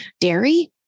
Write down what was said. dairy